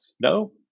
no